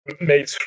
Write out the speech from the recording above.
made